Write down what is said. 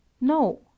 No